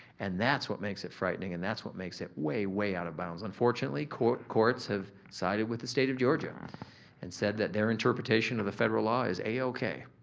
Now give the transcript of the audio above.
and that's what makes it frightening and that's what makes it way, way out of bounds. unfortunately, courts courts have sided with the state of georgia and said that their interpretation of the federal law is a-okay.